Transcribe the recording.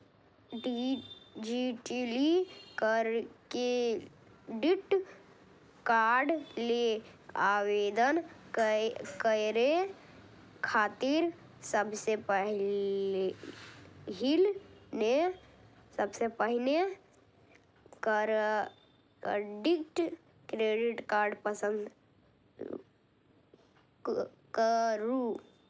digitally credit card लेल आवेदन करै खातिर सबसं पहिने क्रेडिट कार्ड पसंद करू